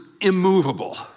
immovable